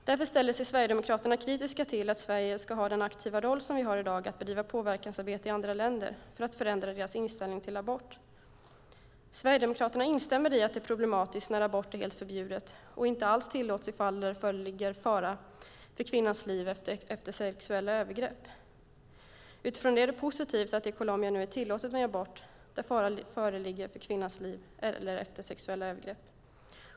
Därför ställer sig Sverigedemokraterna kritiska till att Sverige ska ha den aktiva roll som vi har i dag och bedriva påverkansarbete i andra länder för att förändra deras inställning till abort. Sverigedemokraterna instämmer i att det är problematiskt när abort är helt förbjuden och inte tillåts i fall där fara föreligger för kvinnans liv eller efter sexuella övergrepp. Utifrån detta är det positivt att det i Colombia nu är tillåtet med abort där fara föreligger för kvinnans liv eller efter sexuella övergrepp.